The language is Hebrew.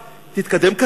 תתקדם,